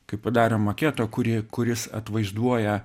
kai padarėm maketą kurį kuris atvaizduoja